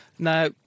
Now